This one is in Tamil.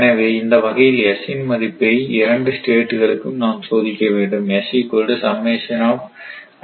எனவே இந்த வகையில் s இன் மதிப்பை இரண்டு ஸ்டேட்களுக்கும் நாம் சோதிக்க வேண்டும்